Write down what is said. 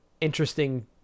interesting